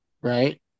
Right